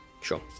sure